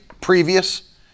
previous